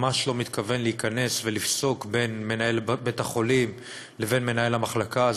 ממש לא מתכוון להיכנס ולפסוק בין מנהל בית-החולים לבין מנהל המחלקה.